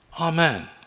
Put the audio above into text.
Amen